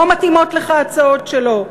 לא מתאימות לך ההצעות שלו?